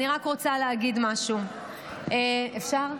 אני רק רוצה להגיד משהו, אפשר?